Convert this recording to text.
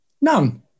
None